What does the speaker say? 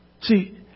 See